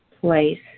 place